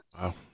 Wow